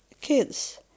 kids